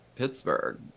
Pittsburgh